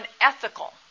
unethical